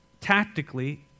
tactically